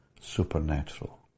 supernatural